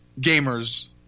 gamers